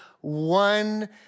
one